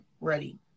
ready